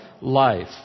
life